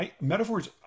metaphors